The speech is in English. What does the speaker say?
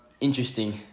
interesting